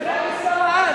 הוא מזלזל בשר-העל.